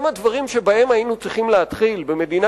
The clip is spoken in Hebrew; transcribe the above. הם הדברים שבהם היינו צריכים להתחיל במדינה